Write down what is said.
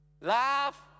laugh